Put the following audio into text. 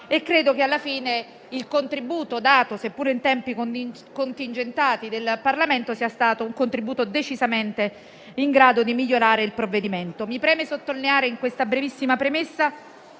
dato dal Parlamento, seppure in tempi contingentati, sia stato decisamente in grado di migliorare il provvedimento.